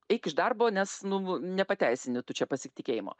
eik iš darbo nes nu nepateisinti tu čia pasitikėjimo